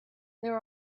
there